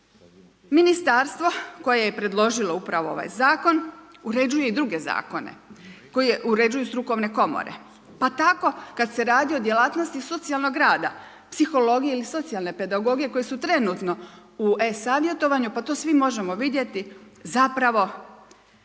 Ministarstvo koje je predložilo upravo ovaj zakon uređuje i druge zakone koje uređuju strukovne komore pa tako kad se radi o djelatnosti socijalnog rada psihologije ili socijalne pedagogije koje su trenutno u e-savjetovanju pa to svi možemo vidjeti zapravo